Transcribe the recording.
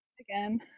again